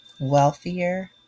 wealthier